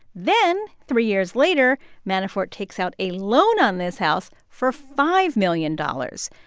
then three years later, manafort takes out a loan on this house for five million dollars.